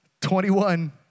21